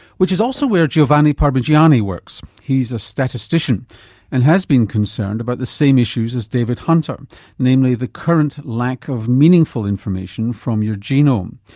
which is also where giovanni parmigiani works. he's a statistician and has been concerned about the same issues as david hunter namely, the current lack of meaningful information from your genome.